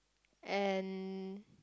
and